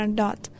dot